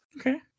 Okay